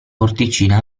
porticina